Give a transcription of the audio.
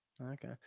Okay